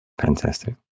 Fantastic